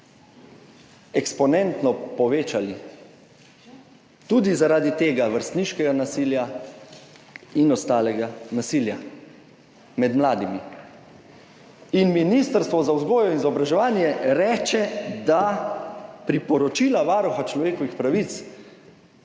eksponentno povečali, tudi zaradi tega vrstniškega nasilja in ostalega nasilja med mladimi. In Ministrstvo za vzgojo in izobraževanje reče, da priporočila Varuha človekovih pravic,